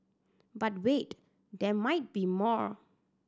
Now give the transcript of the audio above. but wait there might be more